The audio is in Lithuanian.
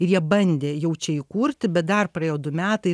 ir jie bandė jau čia įkurti bet dar praėjo du metai